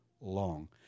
long